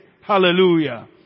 Hallelujah